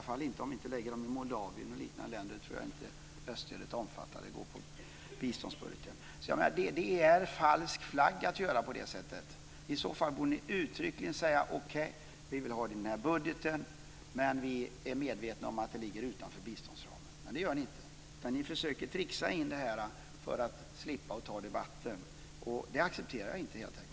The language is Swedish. Såvida vi inte lägger det i Moldavien och liknande länder tror jag inte att öststödet går under biståndsbudgeten. Det är falsk flagg att göra på det sättet. I så fall borde ni uttryckligen säga: Okej, vi vill ha det i den här budgeten, men vi är medvetna om att det ligger utanför biståndsramen. Men det gör ni inte. Ni försöker tricksa in detta för att slippa ta debatten. Det accepterar jag inte, helt enkelt.